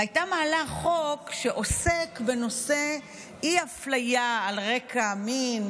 והייתה מעלה חוק שעוסק בנושא אי-אפליה על רקע מין,